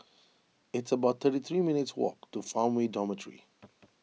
it's about thirty three minutes' walk to Farmway Dormitory